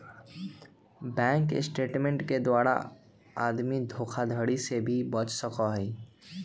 bank statement के द्वारा आदमी धोखाधडी से भी बच सका हई